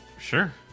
Sure